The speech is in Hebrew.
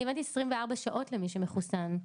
אני הבנתי ש-24 שעות למי שמחוסן.